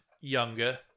younger